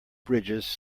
bridges